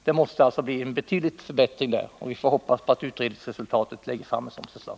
Det måste alltså till en väsentlig förbättring i det avseendet, och vi får hoppas att utredningen kommer att resultera i förslag i denna riktning.